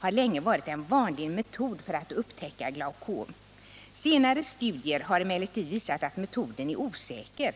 har länge varit en vanlig metod för att upptäcka glaucom. Senare studier har emellertid visat att metoden är osäker.